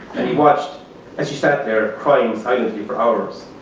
and he watched as she sat there crying silently for hours.